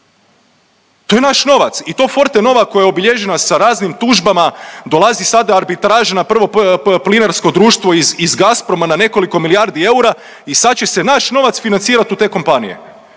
To je naš novac! I to Fortenova koja je obilježena sa raznim tužbama dolazi sada arbitraža na Prvo plinarsko društvo iz Gazproma na nekoliko milijardi eura i sad će se naš novac financirati u te kompanije.